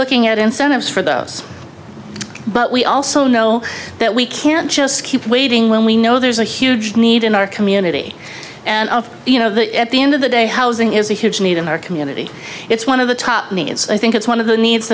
looking at incentives for those but we also know that we can't just keep waiting when we know there's a huge need in our community and of you know that at the end of the day housing is a huge need in our community it's one of the top me it's i think it's one of the needs